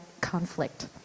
conflict